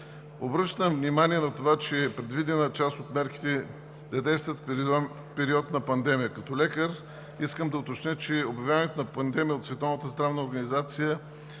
Обръщам внимание на това, че е предвидено част от мерките да действат в период на пандемия. Като лекар искам да уточня, че обявяването на пандемия от